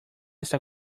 está